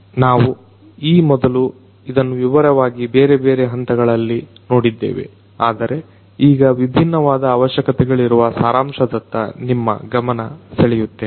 ನಾವು ಈ ಮೊದಲು ಇದನ್ನ ವಿವರವಾಗಿ ಬೇರೆ ಹಂತಗಳಲ್ಲಿ ನೋಡಿದ್ದೇವೆ ಆದರೆ ಈಗ ವಿಭಿನ್ನವಾದ ಅವಶ್ಯಕತೆಗಳಿರುವ ಸಾರಾಂಶದತ್ತ ನಿಮ್ಮ ಗಮನ ಸೆಳೆಯುತ್ತೇನೆ